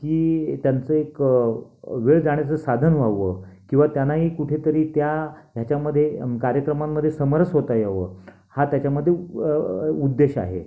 की त्यांचं एक वेळ जाण्याचं साधन व्हावं किंवा त्यांनाही कुठेतरी त्या ह्याच्यामध्ये कार्यक्रमांमध्ये समरस होता यावं हा त्याच्यामध्ये उ उद्देश आहे